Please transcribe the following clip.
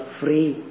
free